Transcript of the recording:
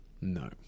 No